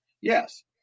Yes